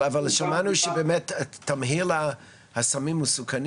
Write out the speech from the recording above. אבל שמענו שבאמת תמהיל הסמים המסוכנים